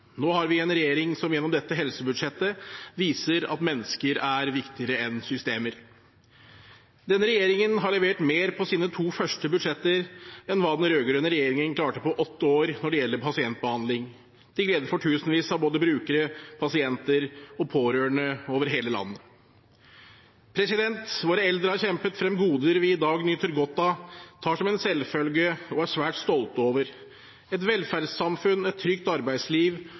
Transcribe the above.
Nå har vi en regjering som gjennom dette helsebudsjettet viser at mennesker er viktigere enn systemer. Denne regjeringen har levert mer på sine to første budsjetter enn hva den rød-grønne regjeringen klarte på åtte år når det gjelder pasientbehandling, til glede for tusenvis av brukere, pasienter og pårørende over hele landet. Våre eldre har kjempet frem goder vi i dag nyter godt av, tar som en selvfølge og er svært stolte av. Et velferdssamfunn, et trygt